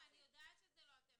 אני יודעת שזה לא אתם.